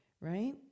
right